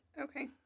okay